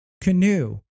Canoe